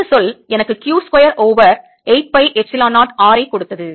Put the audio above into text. இந்த சொல் எனக்கு Q square over 8 pi epsilon 0 R ஐக் கொடுத்தது